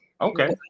Okay